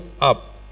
up